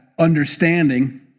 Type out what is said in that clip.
understanding